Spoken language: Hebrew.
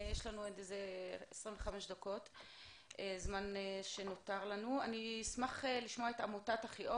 עמותת "אחיעוז" - עמותה